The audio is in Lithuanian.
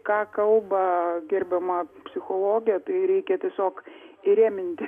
ką kalba gerbiama psichologė tai reikia tiesiog įrėminti